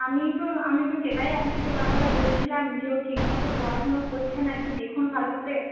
আমি তো আমি তো সেটাই আপনাকে বারবার বলছিলাম যে ও ঠিক মতো পড়াশুনো করছে না একটু দেখুন ভালো করে